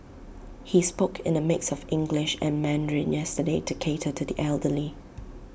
he spoke in A mix of English and Mandarin yesterday to cater to the elderly